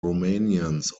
romanians